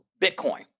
Bitcoin